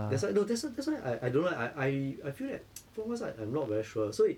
that's why no that's why that's why I I don't know leh I I I feel that feng kuang side I not very sure 所以